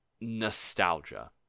nostalgia